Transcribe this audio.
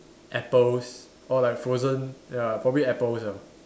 apples or like frozen ya probably apple ah